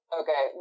okay